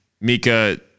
Mika